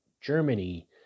Germany